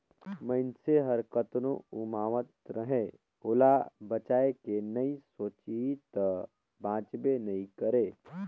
मइनसे हर कतनो उमावत रहें ओला बचाए के नइ सोचही त बांचबे नइ करे